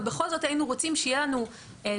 אבל בכל זאת היינו רוצים שתהיה לנו איזושהי